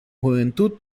juventud